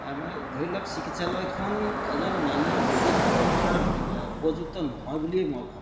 আমাৰ ধৰি লওক চিকিৎসালয়খন এজন মানুহ ৰোগীক ৰখাৰ উপযুক্ত নহয় বুলিয়েই মই ভাবোঁ